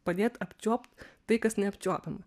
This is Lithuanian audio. padėt apčiuopt tai kas neapčiuopiama